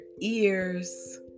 ears